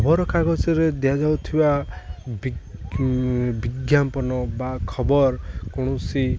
ଖବରକାଗଜରେ ଦିଆଯାଉଥିବା ବି ବିଜ୍ଞାପନ ବା ଖବର କୌଣସି